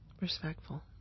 respectful